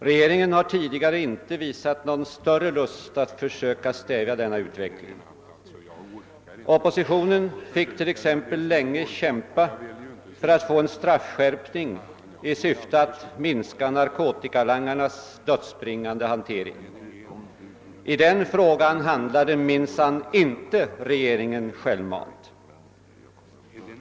Regeringen har tidigare inte visat någon större lust att försöka stävja denna utveckling. Oppositionen fick t.ex. länge kämpa för en straffskärpning i syfte att minska narkotikalangarnas dödsbringande hantering. I den frågan handlade minsann inte regeringen självmant.